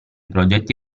progetti